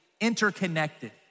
interconnected